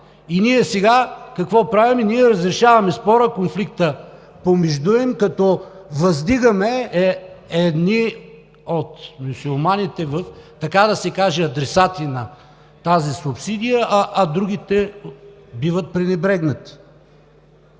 И ние сега какво правим? Ние разрешаваме спора, конфликта помежду им, като въздигаме едни от мюсюлманите в, така да се каже, адресати на тази субсидия, а другите биват пренебрегнати.